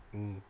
mm